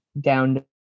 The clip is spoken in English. down